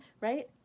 right